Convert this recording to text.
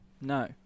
No